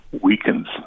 weakens